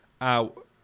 out